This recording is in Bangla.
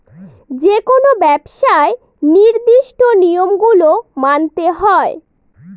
যেকোনো ব্যবসায় নির্দিষ্ট নিয়ম গুলো মানতে হয়